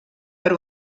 per